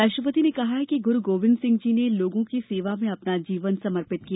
राष्ट्रपति ने कहा कि गुरु गोविन्द सिंह जी ने लोगों की सेवा में अपना जीवन समर्पित किया